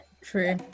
True